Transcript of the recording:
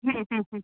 हम्म हम्म हम्म